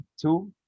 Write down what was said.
Two